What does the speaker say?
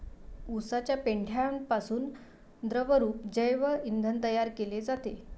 उसाच्या पेंढ्यापासून द्रवरूप जैव इंधन तयार केले जाते